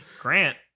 grant